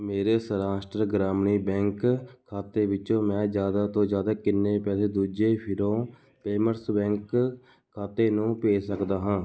ਮੇਰੇ ਸੌਰਾਸ਼ਟਰ ਗ੍ਰਾਮੀਣ ਬੈਂਕ ਖਾਤੇ ਵਿੱਚੋ ਮੈਂ ਜ਼ਿਆਦਾ ਤੋਂ ਜ਼ਿਆਦਾ ਕਿੰਨੇ ਪੈਸੇ ਦੂਜੇ ਫਿਨੋ ਪੇਮੈਂਟਸ ਬੈਂਕ ਖਾਤੇ ਨੂੰ ਭੇਜ ਸਕਦਾ ਹਾਂ